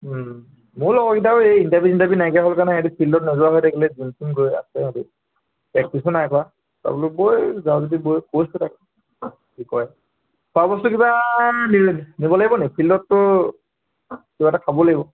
মোৰো লগৰকেইটাও এই ইণ্টাৰভিউ চিণ্টাৰভিউ নাইকীয়া হ'ল কাৰণে সিহঁতে ফিল্ডত নোযোৱা হৈ থাকিলে যোন তোন গৈ আছে প্ৰক্টিছো নাই কৰা তাৰপৰা বোলো বৈ যাৱ যদি বৈ কৈছো তাক কি কয় খোৱাবস্তু কিবা নিব লাগিবনি ফিল্ডততো কিবা এটা খাব লাগিব